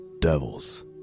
Devils